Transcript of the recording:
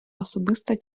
особиста